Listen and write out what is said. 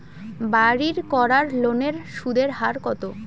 বাড়ির করার লোনের সুদের হার কত?